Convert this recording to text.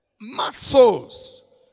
Muscles